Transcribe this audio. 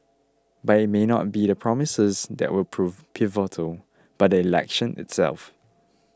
but it may not be the promises that will prove pivotal but the election itself